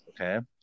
Okay